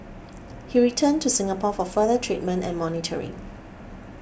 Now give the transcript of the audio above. he returned to Singapore for further treatment and monitoring